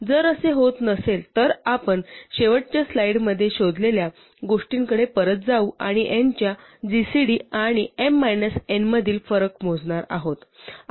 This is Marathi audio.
जर असे होत नसेल तर आपण शेवटच्या स्लाइडमध्ये शोधलेल्या गोष्टीकडे परत जाऊ आणि n च्या gcd आणि m minus n मधील फरक मोजणार आहोत